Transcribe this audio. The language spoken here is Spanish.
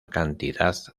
cantidad